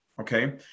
Okay